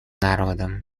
народом